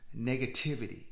negativity